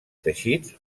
teixits